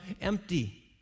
empty